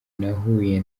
nahuye